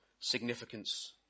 significance